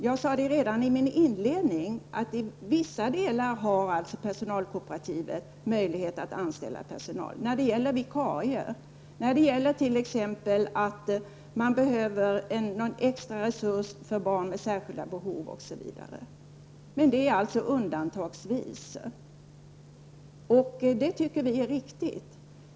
Jag sade redan i mitt inledningsanförande att i vissa fall har personalkooperativet möjlighet att anställa personal, t.ex. när det gäller vikarier och när man behöver en extra resurs för barn med särskilda behov. Men det är alltså undantagsvis. Det tycker vi är riktigt.